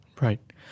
Right